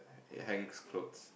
it hangs clothes